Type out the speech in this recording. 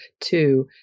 two